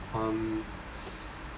um